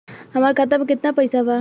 हमार खाता में केतना पैसा बा?